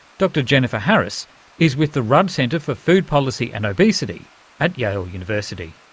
dr jennifer harris is with the rudd centre for food policy and obesity at yale university.